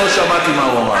לא שמעתי מה הוא אמר.